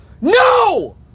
No